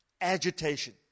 agitation